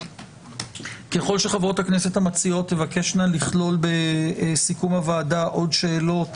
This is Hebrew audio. ככל שחברות הכנסת המציעות תבקשנה לכלול בסיכום הוועדה עוד שאלות,